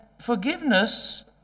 forgiveness